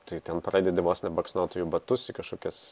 tai ten pradedi vos ne baksnot į batus kažkokias